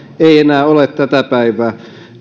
ei enää ole tätä päivää